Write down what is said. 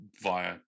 via